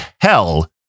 hell